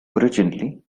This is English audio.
originally